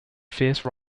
fierce